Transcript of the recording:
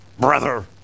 Brother